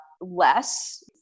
less